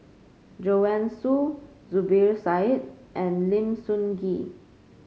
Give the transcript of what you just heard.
Joanne Soo Zubir Said and Lim Sun Gee